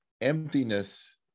emptiness